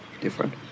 Different